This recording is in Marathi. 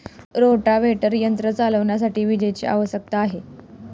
रोटाव्हेटर यंत्र चालविण्यासाठी विजेची आवश्यकता आहे